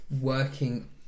working